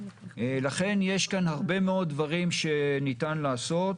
לכן יש כאן הרבה מאוד דברים שניתן לעשות.